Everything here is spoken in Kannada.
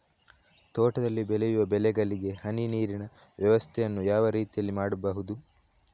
ತೋಟದಲ್ಲಿ ಬೆಳೆಯುವ ಬೆಳೆಗಳಿಗೆ ಹನಿ ನೀರಿನ ವ್ಯವಸ್ಥೆಯನ್ನು ಯಾವ ರೀತಿಯಲ್ಲಿ ಮಾಡ್ಬಹುದು?